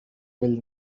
will